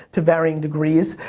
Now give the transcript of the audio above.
to varying degrees.